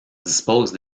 dispose